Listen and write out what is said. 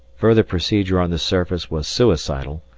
further procedure on the surface was suicidal,